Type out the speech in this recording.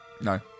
No